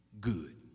good